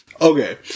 Okay